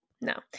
No